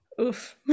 Oof